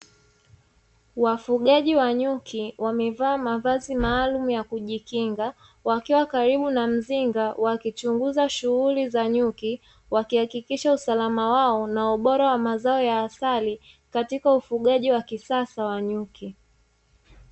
Wafugaji wa nyuki wamevaa mavazi maalumu ya kujikinga, wakiwa karibu na mzinga wakichunguza shughuli za nyuki, wakihakikisha usalama wao na ubora wa mazao ya asali, katika ufugaji wa kisasa wa nyuki.